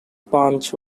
punch